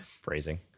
phrasing